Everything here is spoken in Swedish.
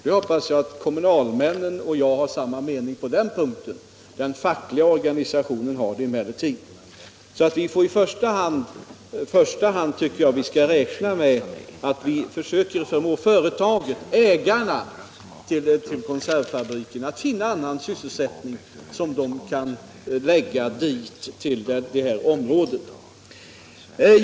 Nu hoppas jag att kommunalmännen och jag har samma uppfattning på den punkten. Den fackliga organisationen har det. Jag tycker att vi i första hand skall räkna med att försöka förmå ägarna till konservfabriken att finna annan sysselsättning som de kan förlägga till detta område.